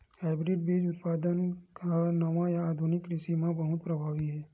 hybrid बीज उत्पादन हा नवा या आधुनिक कृषि मा बहुत प्रभावी हे